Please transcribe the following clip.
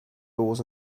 laws